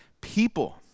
people